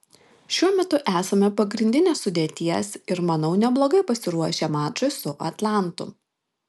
šiuo metu esame pagrindinės sudėties ir manau neblogai pasiruošę mačui su atlantu